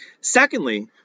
Secondly